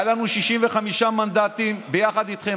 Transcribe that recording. היו לנו 65 מנדטים ביחד איתכם.